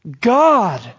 God